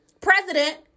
president